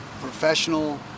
professional